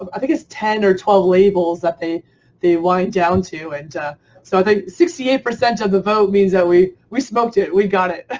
um i think it's ten or twelve labels that they they wind down to. and so the sixty eight percent of the vote means that we we smoked it, we got it.